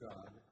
God